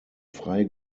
freie